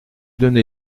donnez